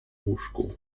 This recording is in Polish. łóżku